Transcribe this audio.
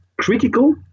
critical